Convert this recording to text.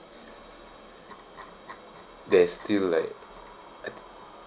there's still like